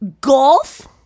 Golf